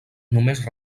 només